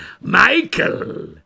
Michael